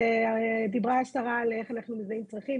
אז דיברה השרה על איך אנחנו מזהים צרכים.